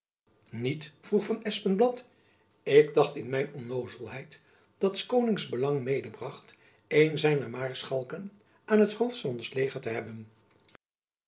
niet vroeg van espenblad ik dacht in mijn onnoozelheid dat s konings belang medebracht een jacob van lennep elizabeth musch zijner maarschalken aan t hoofd van ons leger te hebben